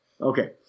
Okay